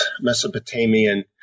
Mesopotamian